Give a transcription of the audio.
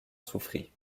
souffrit